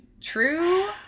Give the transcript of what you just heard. true